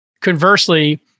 Conversely